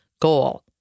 goal